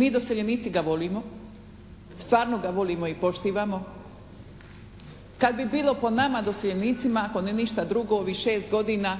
Mi doseljenici ga volimo. Stvarno ga volimo i poštivamo. Kad bi bilo po nama doseljenicima ako ne ništa drugo ovih 6 godina